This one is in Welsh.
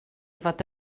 fod